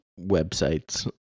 websites